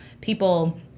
people